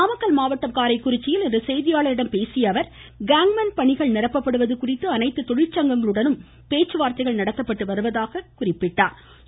நாமக்கல் மாவட்டம் காரைக்குறிச்சியில் இன்று செய்தியாளர்களிடம் பேசிய காங்க்மேன் அவர் பணிகள் நிரப்பப்படுவது குறித்து அனைத்து தொழிற்சங்கங்களுடனும் பேச்சுவார்தைகள் நடத்தப்பட்டு வருவதாகவும் குறிப்பிட்டார்